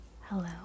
Hello